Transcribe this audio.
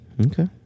okay